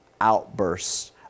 outbursts